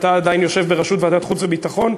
אתה עדיין יושב בראשות ועדת חוץ וביטחון?